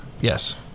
Yes